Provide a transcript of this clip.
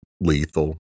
lethal